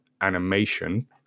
animation